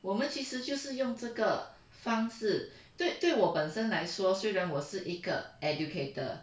我们其实就是用这个方式对对我本身来说虽然我是一个 educator